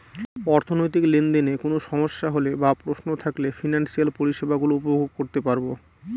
অর্থনৈতিক লেনদেনে কোন সমস্যা হলে বা প্রশ্ন থাকলে ফিনান্সিয়াল পরিষেবা গুলো উপভোগ করতে পারবো